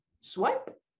swipe